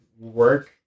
work